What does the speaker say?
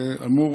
זה אמור